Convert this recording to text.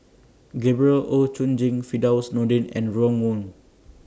Gabriel Oon Chong Jin Firdaus Nordin and Ron Wong